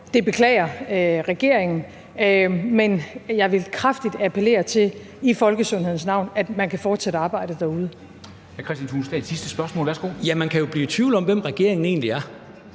det beklager regeringen. Men jeg vil kraftigt appellere til i folkesundhedens navn, at man kan fortsætte arbejdet derude. Kl. 13:43 Formanden (Henrik Dam Kristensen): Hr.